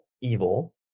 evil